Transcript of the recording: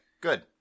Good